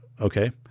okay